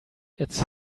it’s